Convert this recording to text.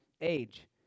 age